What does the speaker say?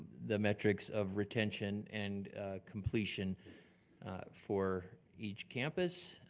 the metrics of retention and completion for each campus.